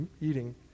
eating